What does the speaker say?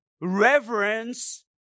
reverence